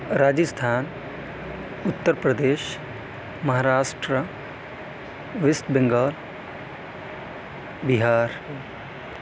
Rajasthan Uttar Pradesh Maharashtra waste Bengal Bihar